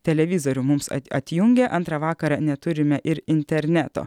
televizorių mums atjungė antrą vakarą neturime ir interneto